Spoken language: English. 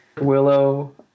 willow